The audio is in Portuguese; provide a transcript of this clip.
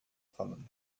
falando